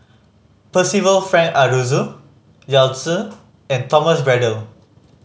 Percival Frank Aroozoo Yao Zi and Thomas Braddell